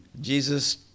Jesus